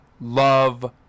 love